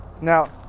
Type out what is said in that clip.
Now